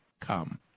come